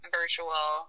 virtual